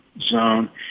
zone